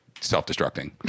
self-destructing